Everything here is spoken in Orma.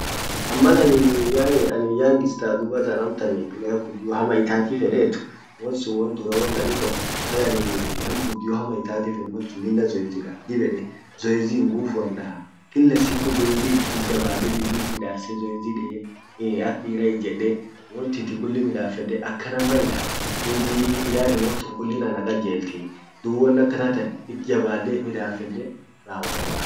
an mal an in yaani anin youngster tubatan amtan player guddio hama itati fedet won sun won dura won an itomal anin nam guddio hama itati fed mal sun lilla zoezi daa dib edee zoezi nguvuan daa, kila siku zoezi it jabadde biddi it midasse zoezi dee ee ak dira ijedde won tinti kulli midafede akanan maita dub ee wontun kullin ana kajeltii dub won akanatan it jabadde midaffede rawodaa